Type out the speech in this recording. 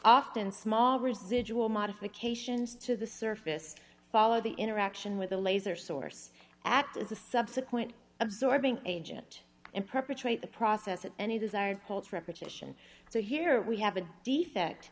often small residual modifications to the surface follow the interaction with the laser source act as a subsequent absorbing agent and perpetrate the process at any desired results repetition so here we have a d